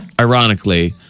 ironically